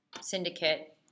syndicate